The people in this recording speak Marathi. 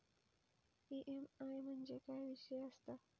ई.एम.आय म्हणजे काय विषय आसता?